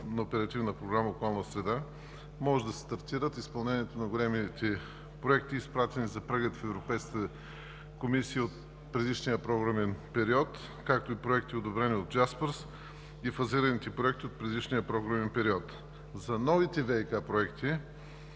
на Оперативна програма „Околна среда“ и може да стартират изпълнението на големите проекти, изпратени за преглед в Европейската комисия от предишния програмен период, както и проекти, одобрени от „Джаспърс“ и фазираните проекти от предишния програмен период. За новите ВиК проекти,